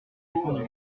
défendu